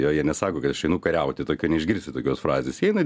jo jie nesako kad aš einu kariauti tokio neišgirsi tokios frazės jie eina